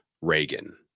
Reagan